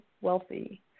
wealthy